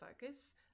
focus